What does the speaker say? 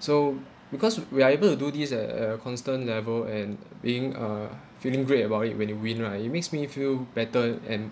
so because we are able to do this at a constant level and being uh feeling great about it when you win lah it makes me feel better and